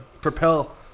propel